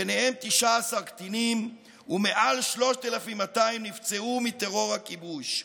ביניהם 19 קטינים, ומעל 3,200 נפצעו מטרור הכיבוש.